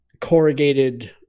corrugated